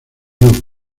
you